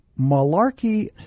malarkey